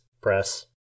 Press